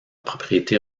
propriété